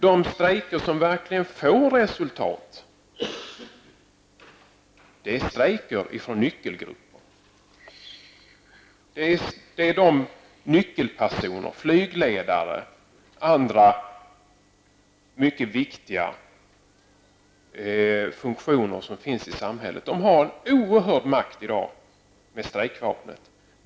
De strejker som verkligen får resultat är strejker bland nyckelgrupper. Dessa nyckelpersoner, flygledare och personer som innehar andra mycket viktiga funktioner i samhället, har i dag med hjälp av strejkvapnet en oerhörd makt.